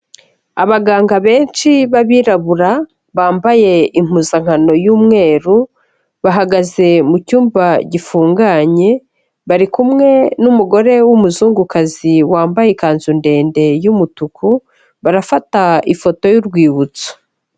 Abaganga benshi b'abirabura bambaye impuzankano y'umweru, bahagaze mu cyumba gifunganye, bari kumwe n'umugore w'umuzungukazi wambaye ikanzu ndende y'umutuku, barafata ifoto y'urwibutso.